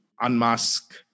unmask